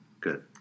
good